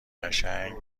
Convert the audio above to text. قشنگ